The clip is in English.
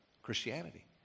Christianity